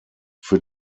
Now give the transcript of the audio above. für